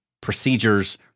procedures